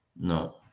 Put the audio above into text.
No